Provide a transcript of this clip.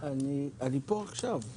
אני פה עכשיו.